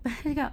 habis dia cakap